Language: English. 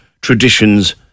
traditions